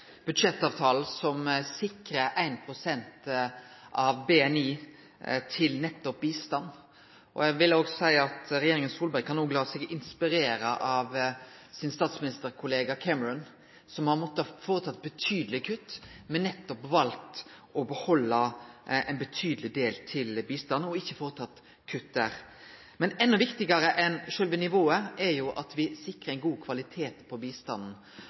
budsjettavtalen, som sikrar 1 pst. av BNI til nettopp bistand. Eg vil òg seie at regjeringa Solberg kan la seg inspirere av statsministerkollega Cameron, som har måtta kutte betydeleg, men nettopp valt å behalde ein betydeleg del til bistand, og ikkje kutte der. Men endå viktigare enn sjølve nivået er at me sikrar ein god kvalitet på bistanden.